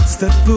Step